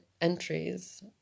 entries